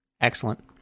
Excellent